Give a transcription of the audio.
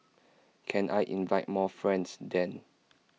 can I invite more friends then